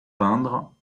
peindre